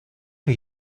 que